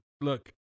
look